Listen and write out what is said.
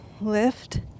lift